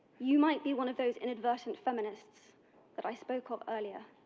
you might be one of those inadvertent feminists that i spoke of earlier